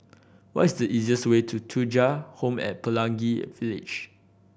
what is the easiest way to Thuja Home at Pelangi Village